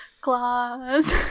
Claws